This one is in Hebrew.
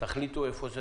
תחליטו איפה,